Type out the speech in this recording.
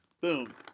Boom